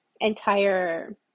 entire